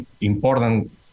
important